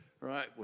right